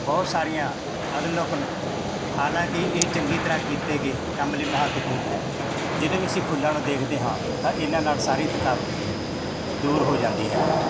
ਬਹੁਤ ਸਾਰੀਆਂ ਅਗਨ ਲੋਕਨ ਹਾਲਾਂਕਿ ਇਹ ਚੰਗੀ ਤਰ੍ਹਾ ਕੀਤੇ ਗਏ ਕੰਮ ਲਈ ਮਹੱਤਵਪੂਰਨ ਹੈ ਜਿਹਦੇ ਵਿੱਚ ਅਸੀਂ ਫੁੱਲਾਂ ਨੂੰ ਦੇਖਦੇ ਹਾਂ ਤਾਂ ਇਹਨਾਂ ਨਾਲ ਸਾਰੀ ਥਕਾਵਟ ਦੂਰ ਹੋ ਜਾਂਦੀ ਹੈ